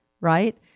right